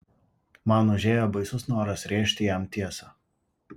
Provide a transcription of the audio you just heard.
man užėjo baisus noras rėžti jam tiesą